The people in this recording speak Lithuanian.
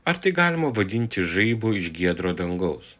ar tai galima vadinti žaibu iš giedro dangaus